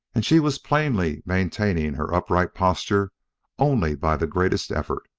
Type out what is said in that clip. and she was plainly maintaining her upright posture only by the greatest effort.